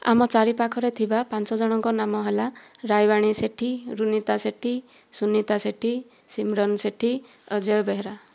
ଆମ ଚାରିପାଖରେ ଥିବା ପାଞ୍ଚ ଜଣଙ୍କ ନାମ ହେଲା ରାଈବାଣୀ ସେଠୀ ରୁନୀତା ସେଠୀ ସୁନୀତା ସେଠୀ ସିମ୍ରନ୍ ସେଠୀ ଅଜୟ ବେହେରା